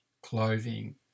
clothing